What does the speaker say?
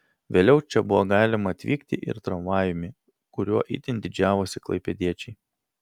vėliau čia buvo galima atvykti ir tramvajumi kuriuo itin didžiavosi klaipėdiečiai